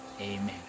Amen